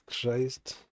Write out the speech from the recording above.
Christ